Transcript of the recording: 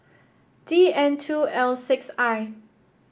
D N two L six I